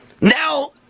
Now